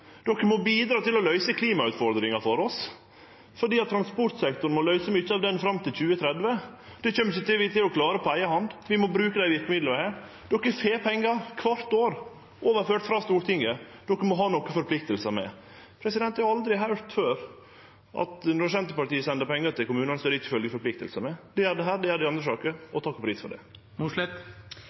«De må bidra til å løyse klimautfordringa for oss, og transportsektoren må løyse mykje av det fram til 2030. Det kjem dei ikkje til å klare på eiga hand. Vi må bruke dei verkemidla vi har. De får overført pengar kvart år frå Stortinget, og det må følgje nokre forpliktingar med.» Eg har aldri høyrt før at når Senterpartiet sender pengar til kommunane, så følgjer det ikkje forpliktingar med. Det gjer det her. Det gjer det i andre saker, og takk og pris for det.